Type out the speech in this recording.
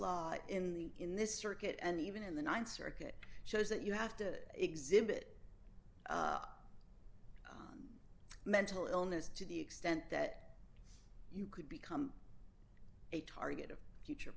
law in the in this circuit and even in the th circuit shows that you have to exhibit mental illness to the extent that you could become a target of a future